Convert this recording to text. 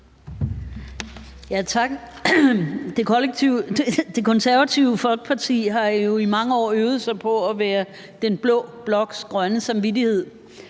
Tak. Det Konservative Folkeparti har jo i mange år øvet sig på at være den blå bloks grønne samvittighed,